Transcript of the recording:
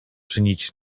czynić